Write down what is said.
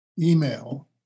email